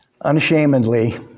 Unashamedly